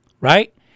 right